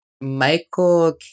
Michael